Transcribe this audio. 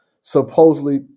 Supposedly